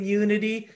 unity